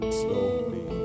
slowly